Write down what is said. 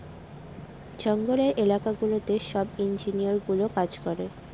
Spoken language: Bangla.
জঙ্গলের এলাকা গুলোতে সব ইঞ্জিনিয়ারগুলো কাজ করে